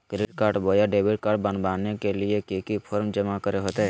Credit card बोया debit card बनाने ले की की फॉर्म जमा करे होते?